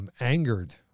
angered